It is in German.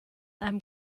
einem